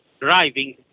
driving